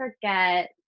forget